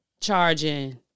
charging